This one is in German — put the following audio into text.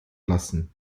lassen